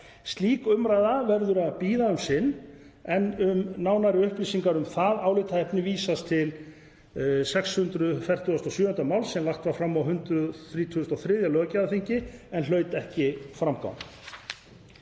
Slík umræða verður að bíða um sinn, en um nánari upplýsingar um það álitaefni vísast til 647. máls sem lagt var fram á 133. löggjafarþingi en hlaut ekki framgang.